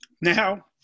Now